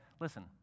listen